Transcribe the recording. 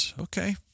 Okay